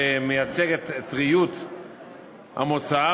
שמייצג את טריות המוצר,